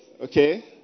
Okay